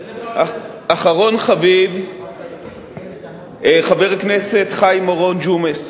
אחרון חביב, חבר הכנסת חיים אורון, ג'ומס,